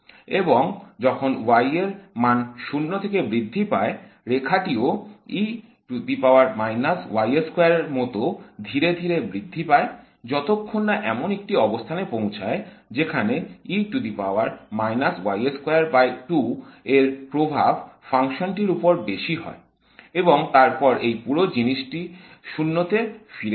এবং যখন y এর মান 0 থেকে বৃদ্ধি পায় রেখা টি ও মত ধীরে ধীরে বৃদ্ধি পায় যতক্ষণ না এমন একটি অবস্থানের পৌঁছায় যেখানে এর প্রভাব ফাংশনটির উপর বেশি হয় এবং তারপর এই পুরো জিনিসটি 0 তে ফিরে যায়